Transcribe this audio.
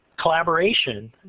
collaboration